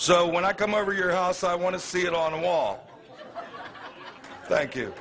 so when i come over your house i want to see it on the wall thank you